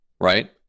right